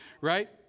Right